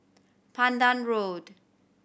Pandan Road